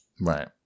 Right